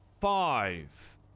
five